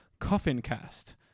CoffinCast